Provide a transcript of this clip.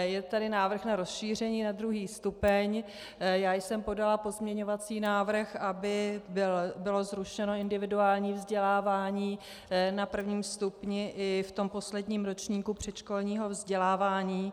Je tady návrh na rozšíření na druhý stupeň, já jsem podala pozměňovací návrh, aby bylo zrušeno individuální vzdělávání na prvním stupni i v tom posledním ročníku předškolního vzdělávání.